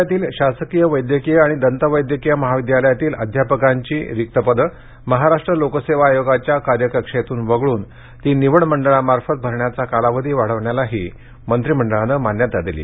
राज्यातील शासकीय वैद्यकीय आणि दंत वैद्यकीय महाविद्यालयातील अध्यापकांची रिक्त पदं महाराष्ट्र लोकसेवा आयोगाच्या कार्यकक्षेतून वगळून ती निवड मंडळांमार्फत भरण्याचा कालावधी वाढवण्यालाही मंत्रीमंडळानं मान्यता दिली